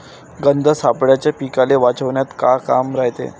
गंध सापळ्याचं पीकाले वाचवन्यात का काम रायते?